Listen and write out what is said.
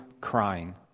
crying